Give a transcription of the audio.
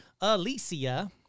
Alicia